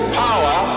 power